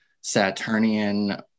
saturnian